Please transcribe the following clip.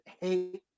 hate